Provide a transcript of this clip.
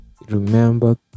Remember